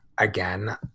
Again